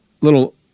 little